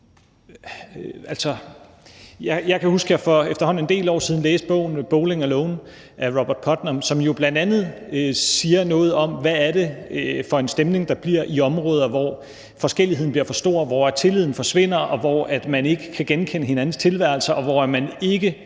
Jeg kan huske, at jeg for efterhånden en del år siden læste bogen »Bowling Alone« af Robert Putnam, som jo bl.a. siger noget om, hvad det er for en stemning, der bliver i områder, hvor forskelligheden bliver for stor, hvor tilliden forsvinder, og hvor man ikke kan genkende hinandens tilværelser, og hvor man ikke